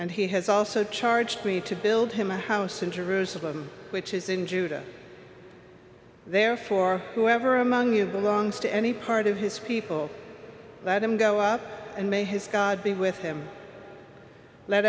and he has also charged me to build him a house in jerusalem which is in judah therefore whoever among you belongs to any part of his people that him go up and may his god be with him let